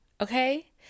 Okay